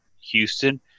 Houston –